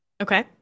Okay